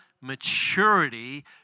maturity